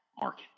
market